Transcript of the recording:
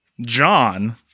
john